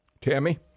Tammy